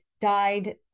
died